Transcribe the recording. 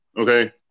okay